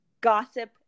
gossip